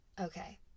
Okay